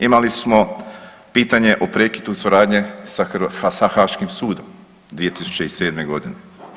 Imali smo pitanje o prekidu suradnje sa Haškim sudom 2007. godine.